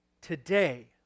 Today